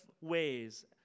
ways